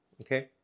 Okay